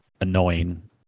annoying